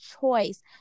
choice